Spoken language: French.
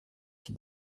qui